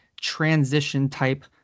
transition-type